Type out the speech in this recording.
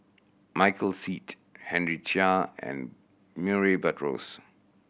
Michael Seet Henry Chia and Murray Buttrose